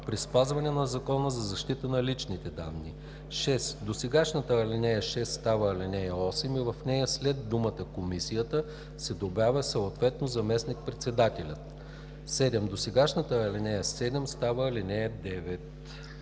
при спазване на Закона за защита на личните данни.“ 6. Досегашната ал. 6 става ал. 8 и в нея след думата „Комисията“ се добавя „съответно заместник-председателят“. 7. Досегашната ал. 7 става ал. 9.“